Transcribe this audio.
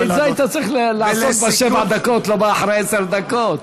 את זה היית צריך לעשות בשבע הדקות ולא אחרי עשר הדקות.